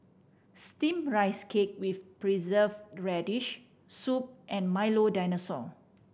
Steamed Rice Cake with Preserved Radish soup and Milo Dinosaur